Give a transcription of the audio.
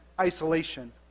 isolation